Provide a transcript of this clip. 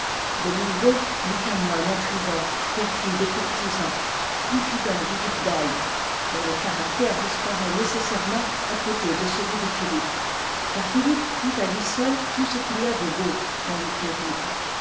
domingo n'est qu'un moine intrigant perfide et courtisan confident du due d'atbe dont le caractère disparaît nécessairement à côté de celui de philippe car philippe'prend à tui seul tout ce qu'il y a de beau dans le terrible